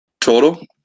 Total